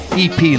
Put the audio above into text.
ep